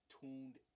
tuned